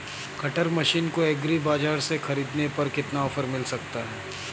Cutter machine को agri बाजार से ख़रीदने पर कितना ऑफर मिल सकता है?